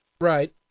Right